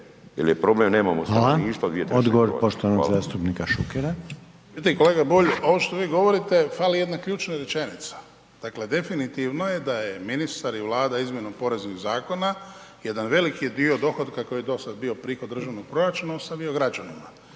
(HDZ)** Odgovor poštovanog zastupnika Šukera.